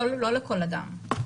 לא לכל אדם.